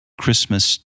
Christmas